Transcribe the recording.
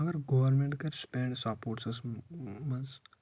اگر گورمٮ۪نٛٹ کَرِ سٕپٮ۪نٛڈ سپوٹسَس منٛز